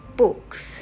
books